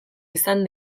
izan